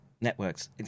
networks